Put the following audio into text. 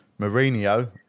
Mourinho